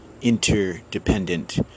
interdependent